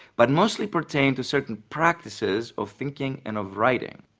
but mostly pertain to certain practices of thinking and of writing.